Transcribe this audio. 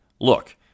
look